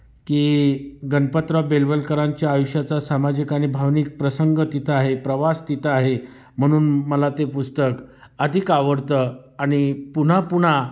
की गणपतराव बेलबलकरांच्या आयुष्याचा सामाजिक आणि भावनिक प्रसंग तिथं आहे प्रवास तिथं आहे म्हणून मला ते पुस्तक अधिक आवडतं आणि पुन्हा पुन्हा